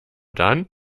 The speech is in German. dann